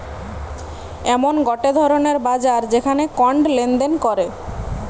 এমন গটে ধরণের বাজার যেখানে কন্ড লেনদেন করে